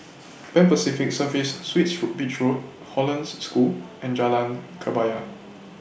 Pan Pacific Serviced Suites Who Beach Road Hollandse School and Jalan Kebaya